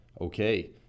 Okay